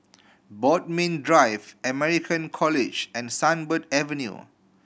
Bodmin Drive American College and Sunbird Avenue